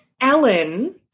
Ellen